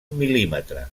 mil·límetre